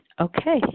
Okay